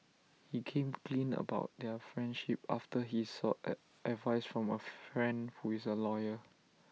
he came clean about their friendship after he sought at advice from A friend who is A lawyer